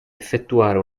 effettuare